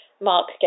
Mark